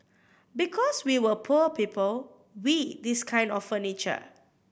because we were poor people we this kind of furniture